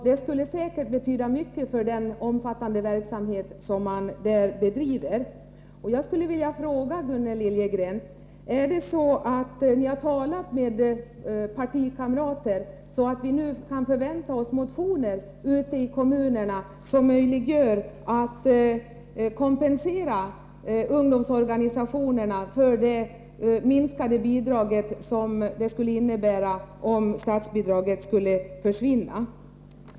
Det skulle säkert betyda mycket för den omfattande verksamhet som där bedrivs. Jag skulle vilja fråga Gunnel Liljegren: Har ni talat med era partikamrater så att vi ute i kommunerna kan förvänta oss motioner, som möjliggör att ungdomsorganisationerna får kompensation om statsbidraget skulle försvinna?